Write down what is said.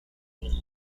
holiday